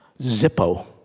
Zippo